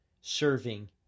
Serving